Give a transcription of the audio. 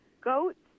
goats